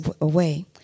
away